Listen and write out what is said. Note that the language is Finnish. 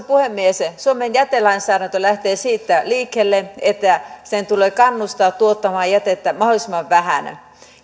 puhemies suomen jätelainsäädäntö lähtee liikkeelle siitä että sen tulee kannustaa tuottamaan jätettä mahdollisimman vähän